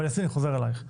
אבל, יסמין, אני חוזר אלייך.